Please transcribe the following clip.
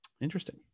Interesting